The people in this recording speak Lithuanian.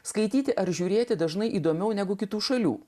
skaityti ar žiūrėti dažnai įdomiau negu kitų šalių